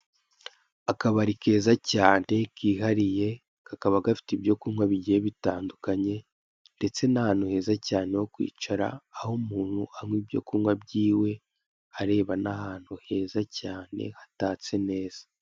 Akabari keza cyane kihariye kakaba gafite ibyo kunywa bigiye bitandukanye ndetse n'ahantu heza cyane ho kwicara aho umuntu anywa ibyo kunywa byiwe areba n'ahantu heza cyane hatatse neza.